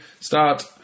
start